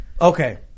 Okay